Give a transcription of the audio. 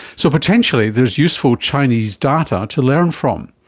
so potentially there's useful chinese data to learn from.